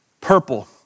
purple